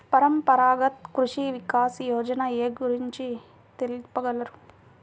పరంపరాగత్ కృషి వికాస్ యోజన ఏ గురించి తెలుపగలరు?